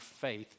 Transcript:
faith